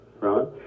Right